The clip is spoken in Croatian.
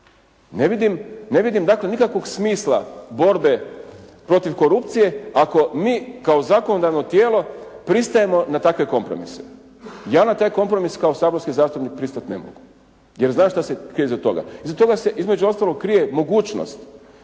ne vidim dakle nikakvog smisla borbe protiv korupcije ako mi kao zakonodavno tijelo pristajemo na takve kompromise. Ja na taj kompromis kao saborski zastupnik pristati ne mogu jer znam šta se krije iza toga. Iza toga se između ostalog krije mogućnost